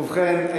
ובכן,